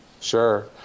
Sure